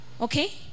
Okay